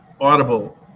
audible